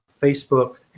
facebook